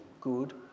good